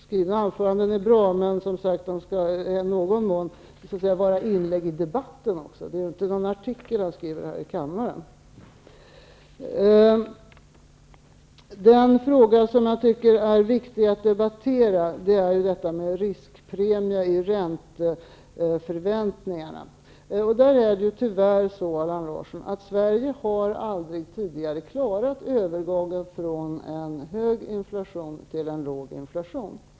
Skrivna anföranden är bra, men de skall i någon mån vara inlägg i debatten också. Det är ju inte någon artikel man skriver här i kammaren. Den fråga som jag tycker är viktig att debattera gäller riskpremier i ränteförväntningarna. Där är det tyvärr på det sättet, Allan Larsson, att Sverige aldrig tidigare har klarat övergången från en hög inflation till en låg inflation.